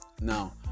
now